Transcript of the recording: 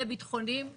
לביטחוניים ולפליליים.